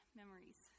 memories